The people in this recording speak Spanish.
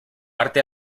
arte